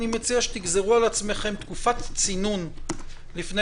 אני מציע שתגזרו על עצמכם תקופת צינון לפני